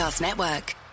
Network